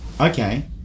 Okay